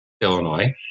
Illinois